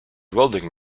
welding